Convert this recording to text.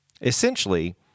Essentially